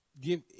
give